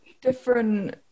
different